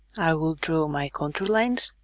i will draw my contour lines